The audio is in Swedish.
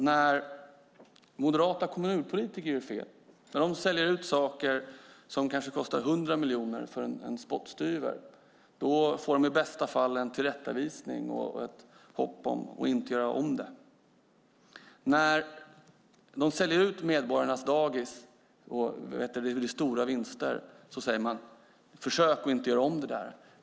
När moderata kommunpolitiker gör fel, när de säljer ut saker som kanske kostar 100 miljoner för en spottstyver får de i bästa fall en tillrättavisning och ett hopp om att inte göra om det. När de säljer ut medborgarnas dagis och gör stora vinster säger man: Försök att inte göra om det där.